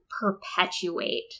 perpetuate